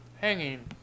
Hanging